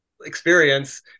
experience